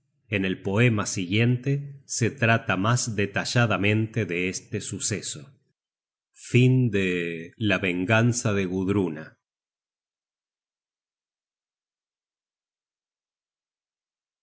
en el poema siguiente se trata mas detalladamente de este suceso la